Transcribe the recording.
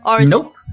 Nope